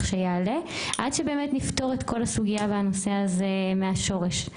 שיעלה עד שבאמת נפתור את כל הסוגיה והנושא הזה מהשורש.